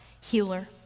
healer